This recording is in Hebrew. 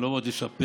הן לא באות לשפר.